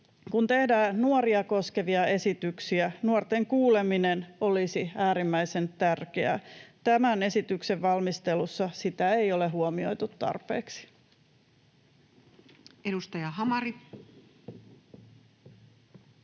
kun tehdään nuoria koskevia esityksiä, nuorten kuuleminen olisi äärimmäisen tärkeää. Tämän esityksen valmistelussa sitä ei ole huomioitu tarpeeksi. [Speech 388]